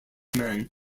men